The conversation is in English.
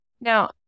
Now